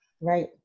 Right